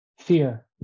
fear